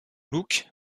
look